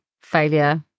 failure